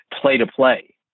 play-to-play